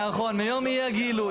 נכון, מיום אי הגילוי.